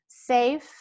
safe